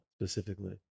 specifically